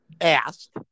asked